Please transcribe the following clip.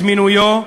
את מינויו,